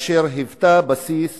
אשר היוותה בסיס